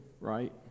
right